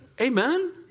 Amen